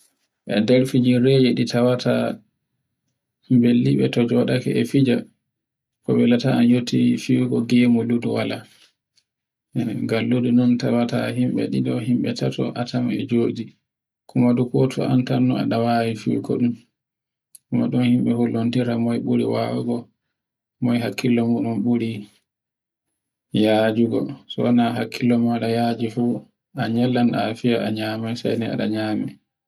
E nder fijirrerreje Ɗi tawata bellibe ɗi to joɗake e fija. Ko wela ke, ngalludo ndon tawa himbe ɗiɗo, himbe tato a tawan e joɗi kuma to goto an tanno a tawa moɗo himbe e tawan, moy buri wawugo, moy hakkilo mun buri e yajugo sona hakkilo maɗa yajo fu a nyanda e ada nyame.